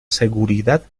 seguridad